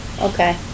Okay